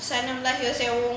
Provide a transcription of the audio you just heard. செய்வோம்:seivom